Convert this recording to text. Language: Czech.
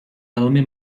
velmi